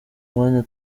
umwanya